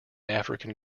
african